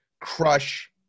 crush